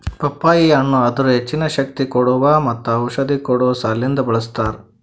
ಪಪ್ಪಾಯಿ ಹಣ್ಣ್ ಅದರ್ ಹೆಚ್ಚಿನ ಶಕ್ತಿ ಕೋಡುವಾ ಮತ್ತ ಔಷಧಿ ಕೊಡೋ ಸಲಿಂದ್ ಬಳ್ಸತಾರ್